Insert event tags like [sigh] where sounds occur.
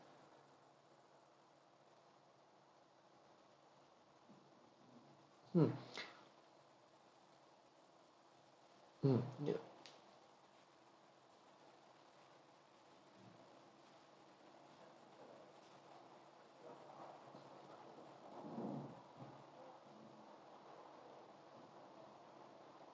mm [breath] mm ya